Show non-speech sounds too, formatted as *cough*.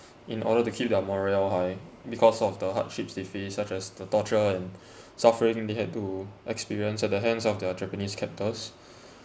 in order to keep their morale high because of the hardships they faced such as the torture and *breath* suffering they had to experience at the hands of their japanese captors